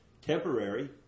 temporary